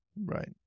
Right